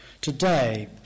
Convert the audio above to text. today